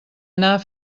anar